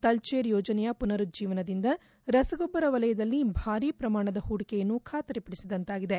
ತಲ್ಲೇರ್ ಯೋಜನೆಯ ಮನರುಜ್ಲೀವನದಿಂದ ರಸಗೊಬ್ಲರ ವಲಯದಲ್ಲಿ ಭಾರಿ ಶ್ರಮಾಣದ ಹೂಡಿಕೆಯನ್ನು ಬಾತರಿಪಡಿಸಿದಂತಾಗಿದೆ